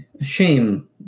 shame